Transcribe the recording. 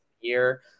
year